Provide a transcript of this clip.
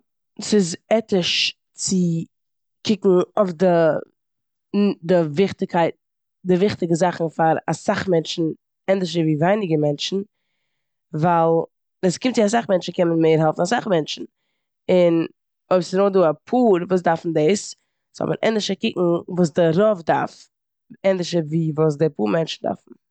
ס'איז עטיש צו קוקן אויף די די וויכטיגקייט- די וויכטיגע זאכן פאר אסאך מענטשן ווי ענדערש ווי ווייניגער מענטשן ווייל ווען ס'קומט צו אסאך מענטשן קען מען מער העלפן אסאך מענטשן און אויב ס'איז נאר דא אפאר וואס דארפן דאס זאל מען ענדערש קוקן וואס די רוב דארף, ענדערש ווי וואס די פאר מענטשן דארפן.